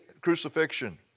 crucifixion